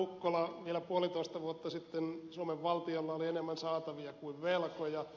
ukkola vielä puolitoista vuotta sitten suomen valtiolla oli enemmän saatavia kuin velkoja